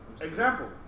example